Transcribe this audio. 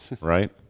right